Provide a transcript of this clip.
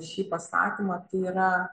šį pasakymą tai yra